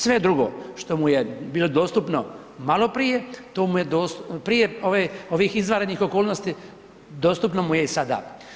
Sve drugo što mu je bilo dostupno maloprije, to mu je, prije ove, ovih izvanrednih okolnosti, dostupno mu je i sada.